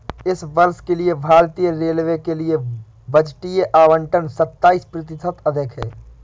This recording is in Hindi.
इस वर्ष के लिए भारतीय रेलवे के लिए बजटीय आवंटन सत्ताईस प्रतिशत अधिक है